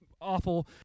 awful